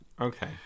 Okay